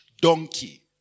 donkey